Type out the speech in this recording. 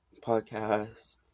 Podcast